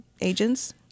agents